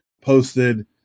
posted